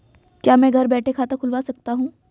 क्या मैं घर बैठे खाता खुलवा सकता हूँ?